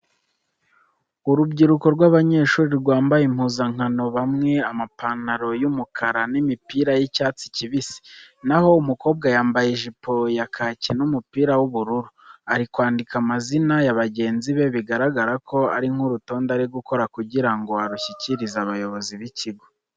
Urubyiruko rw'abanyshuri rwamabye impuzankano bamwe amapantalo y'umukara n'imipira y'icyatsi kibisi, na ho umukobwa yambaye ijipo ya kaki n'umupira w'ubururu, ari kwandika amazina ya bagenzi be, bigaragara ko ari nk'urutonde ari gukora kugira ngo arushyikirize abayobozi b'ikigo.